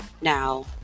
now